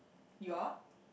you are